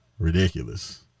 ridiculous